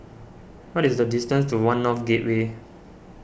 what is the distance to one North Gateway